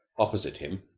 opposite him,